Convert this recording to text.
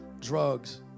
drugs